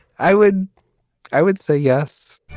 i would i would say yes